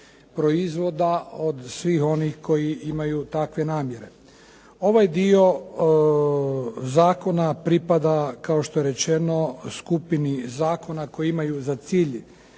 proizvoda od svih onih koji imaju takve namjere. Ovaj dio zakona pripada kao što je rečeno skupini zakona koji imaju za cilj